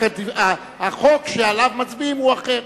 רק החוק שעליו מצביעים הוא אחר.